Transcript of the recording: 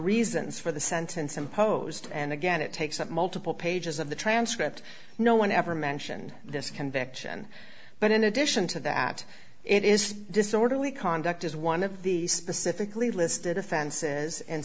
reasons for the sentence imposed and again it takes up multiple pages of the transcript no one ever mentioned this conviction but in addition to that it is disorderly conduct as one of the specifically listed offenses and